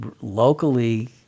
Locally